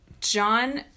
John